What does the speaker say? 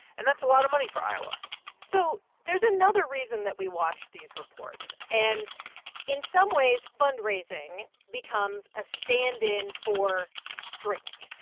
and that's a lot of money for iowa so there's another reason that we watch these reports. and in some ways, fundraising becomes a stand-in for strength.